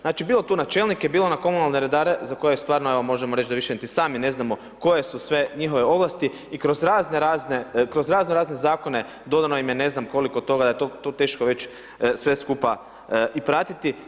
Znači bilo to na čelnike, bilo na komunalne redare, za koje stvarno možemo reći da više niti sami ne znamo koje su sve njihove ovlasti i kroz razno razne zakone dodano im je ne znam koliko toga, to je teško već sve skupa i pratiti.